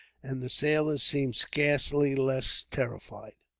and the sailors seemed scarcely less terrified.